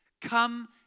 Come